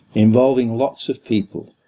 involving lots of people,